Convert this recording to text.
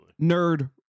Nerd